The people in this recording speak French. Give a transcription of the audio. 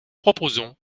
proposerons